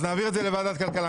אז נעביר את זה לוועדת כלכלה.